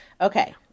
Okay